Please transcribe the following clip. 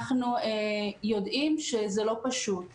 אנחנו יודעים שזה לא פשוט.